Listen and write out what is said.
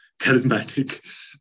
charismatic